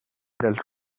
dels